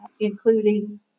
including